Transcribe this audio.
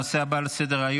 הנושא הבא על סדר-היום,